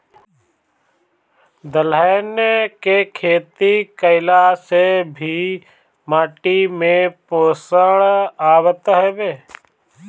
दलहन के खेती कईला से भी माटी में पोषण आवत हवे